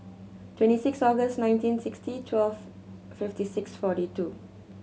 twenty six August nineteen sixty twelve fifty six forty two